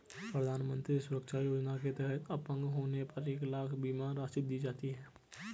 प्रधानमंत्री सुरक्षा योजना के तहत अपंग होने पर एक लाख बीमा राशि दी जाती है